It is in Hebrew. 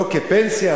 לא כפנסיה,